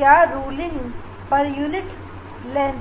line पर unit length यह सभी जानकारी को हम लिख लेंगे